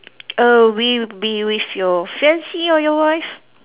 or we be with your fiance or your wife